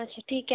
अच्छा ठीक आहे